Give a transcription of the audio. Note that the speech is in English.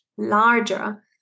larger